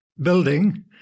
building